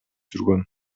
жүргөн